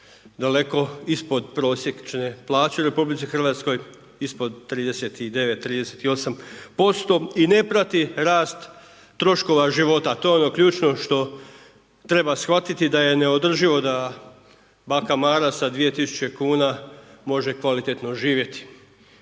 daleko ispod prosječne plaće u RH, ispod 39, 38% i ne prati rast troškova života a to je ono ključno što treba shvatiti da je neodrživo da baka Mara sa 2000 kuna može kvalitetno živjeti